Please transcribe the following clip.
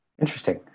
Interesting